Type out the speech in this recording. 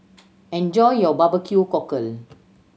enjoy your barbecue cockle